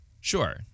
Sure